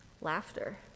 Laughter